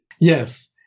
Yes